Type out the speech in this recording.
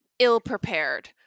ill-prepared